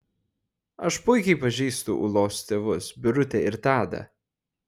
aš puikiai pažįstu ūlos tėvus birutę ir tadą